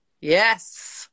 Yes